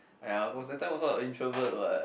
!aiya! was that time I also introvert what